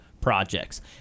projects